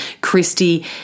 Christy